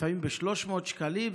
לפעמים ב-300 שקלים,